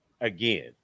again